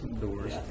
doors